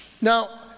Now